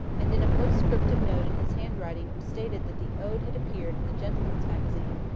and in a post scriptum note in his handwriting it was stated that the ode had appeared in the gentleman's magazine,